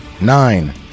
nine